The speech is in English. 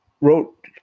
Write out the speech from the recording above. wrote